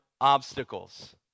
obstacles